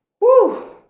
Woo